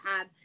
add